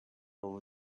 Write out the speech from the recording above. over